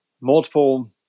multiple